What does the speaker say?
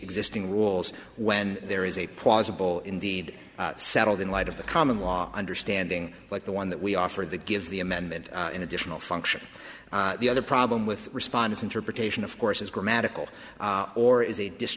existing rules when there is a plausible indeed settled in light of the common law understanding like the one that we offered that gives the amendment an additional function the other problem with response interpretation of course is grammatical or is